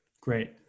Great